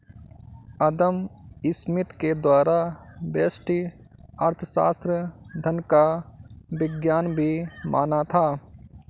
अदम Smith के द्वारा व्यष्टि अर्थशास्त्र धन का विज्ञान भी माना था